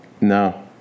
No